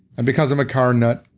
and because i'm a car nut,